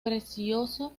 precioso